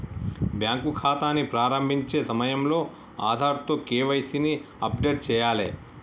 bank ఖాతాని ప్రారంభించే సమయంలో ఆధార్తో కేవైసీ ని అప్డేట్ చేయాలే